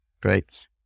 Great